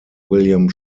william